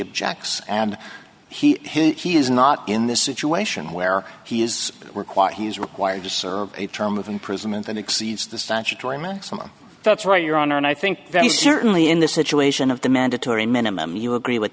objects and he is not in this situation where he is required he is required to serve a term of imprisonment that exceeds the statutory maximum that's right your honor and i think very certainly in the situation of the mandatory minimum you agree with